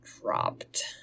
dropped